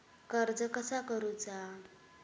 कर्ज कसा करूचा?